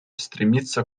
стремится